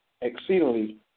exceedingly